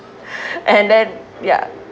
and then ya